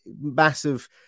massive